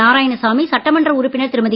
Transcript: நாராயணசாமி சட்டமன்ற உறுப்பினர் திருமதி